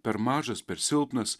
per mažas per silpnas